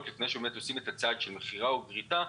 לפני שעושים את הצעד של מכירה או גריטה,